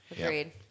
Agreed